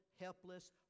helpless